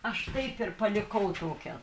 aš taip ir palikau tokią